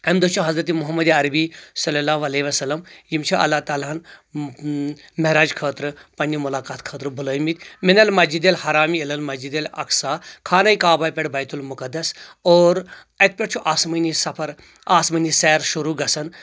امہِ دۄہ چھُ حضرتِ محمدِ عربی صلی اللہ علیہ وسلم یِم چھِ اللہ تعالیٰ ہن اۭں معراج خٲطرٕ پننہِ ملاقات خٲطرٕ بُلٲیٚمٕتۍ من المسجدِ الحرام اِللمسجدِ الاقصا خانہ کعبہ پٮ۪ٹھ بیت المُقدس اور اتہِ پٮ۪ٹھ چھُ آسمٲنی سفر آسمٲنی سیر شروع گژھان